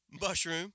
mushroom